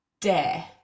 Dare